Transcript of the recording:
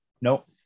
Nope